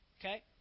Okay